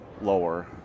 lower